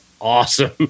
awesome